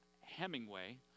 hemingway